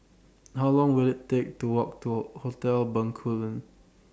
How Long Will IT Take to Walk to Hotel Bencoolen